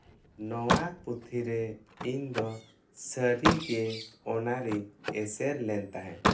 ᱱᱚᱣᱟ ᱯᱩᱛᱷᱤ ᱨᱮ ᱤᱧ ᱫᱚ ᱥᱟᱹᱨᱤ ᱜᱮ ᱚᱱᱟ ᱨᱤᱧ ᱮᱥᱮᱹᱨ ᱞᱮᱱ ᱛᱟᱦᱮᱸᱫ